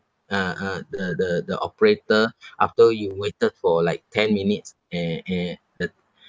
uh uh the the the operator after you waited for like ten minutes a~ and the